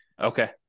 Okay